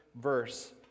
verse